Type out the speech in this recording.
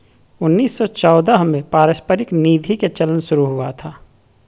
उन्नीस सौ चौदह में पारस्परिक निधि के चलन शुरू हुआ था